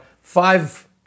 five